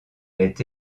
est